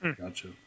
Gotcha